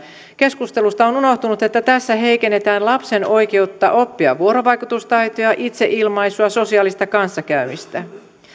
keskustelusta on unohtunut että tässä heikennetään lapsen oikeutta oppia vuorovaikutustaitoja itseilmaisua sosiaalista kanssakäymistä